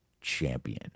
champion